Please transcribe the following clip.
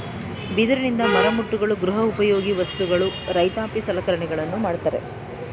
ಬಿದಿರಿನಿಂದ ಮರಮುಟ್ಟುಗಳು, ಗೃಹ ಉಪಯೋಗಿ ವಸ್ತುಗಳು, ರೈತಾಪಿ ಸಲಕರಣೆಗಳನ್ನು ಮಾಡತ್ತರೆ